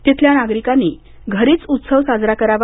तिथल्या नागरिकांनी घरीच उत्सव साजरा करावा